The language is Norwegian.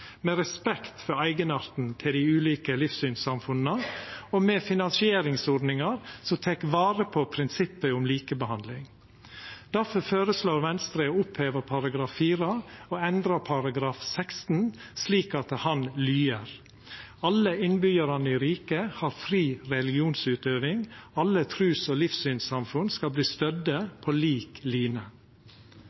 med respekt for eigenarten til dei ulike livssynssamfunna og med finansieringsordningar som tek vare på prinsippet om likebehandling. Difor føreslår Venstre å oppheva § 4 og endra § 16 slik at han lyder: «Alle innbyggjarane i riket har fri religionsutøving. Alle trus- og livssynssamfunn skal bli stødde på lik line.»